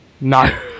No